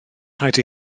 rhaid